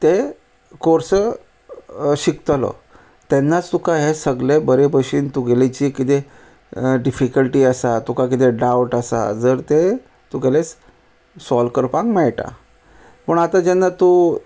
ते कोर्स शिकतलो तेन्नाच तुका हें सगलें बरे भशेन तुगेलें जें किदें डिफिकल्टी आसा तुका किदें डावट आसा जर ते तुगेले सॉल्व करपाक मेळटा पूण आतां जेन्ना तूं